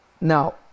Now